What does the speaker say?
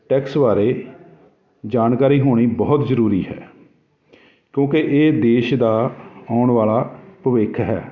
tax ਬਾਰੇ ਜਾਣਕਾਰੀ ਹੋਣੀ ਬਹੁਤ ਜ਼ਰੂਰੀ ਹੈ ਕਿਉਂਕਿ ਇਹ ਦੇਸ਼ ਦਾ ਆਉਣ ਵਾਲਾ ਭਵਿੱਖ ਹੈ